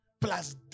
plus